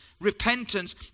repentance